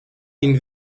ihn